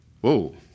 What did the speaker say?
whoa